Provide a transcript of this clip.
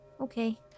Okay